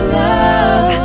love